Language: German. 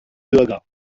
bürger